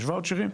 יש ואוצ'רים,